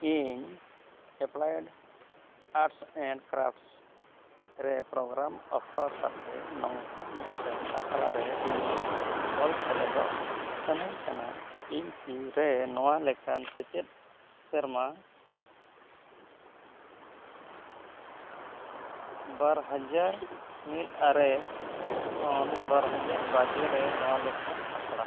ᱤᱧ applied arts and crafts ᱨᱮ programme offer ᱠᱟᱛᱮᱫ ᱱᱚᱝᱠᱟ ᱢᱤᱫᱴᱟᱱ ᱟᱥᱲᱟ ᱨᱮ ᱤᱧᱤᱧ ᱚᱞ ᱥᱮᱞᱮᱫᱚᱜ ᱥᱟᱱᱟᱧ ᱠᱟᱱᱟ ᱤᱧ ᱠᱤ ᱨᱮ ᱱᱚᱣᱟ ᱞᱮᱠᱟᱱ ᱥᱮᱪᱮᱫ ᱥᱮᱨᱢᱟ ᱵᱟᱨ ᱦᱟᱡᱟᱨ ᱢᱤᱫ ᱟᱨᱮ ᱠᱷᱚᱱ ᱵᱟᱨ ᱦᱟᱡᱟᱨ ᱵᱟᱜᱮ ᱨᱮ ᱱᱚᱣᱟ ᱞᱮᱠᱟᱱ ᱟᱥᱲᱟ